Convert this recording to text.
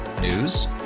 News